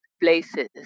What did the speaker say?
places